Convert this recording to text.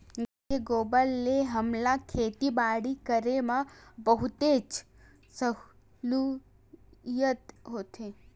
गाय के गोबर ले हमला खेती बाड़ी करे म बहुतेच सहूलियत होथे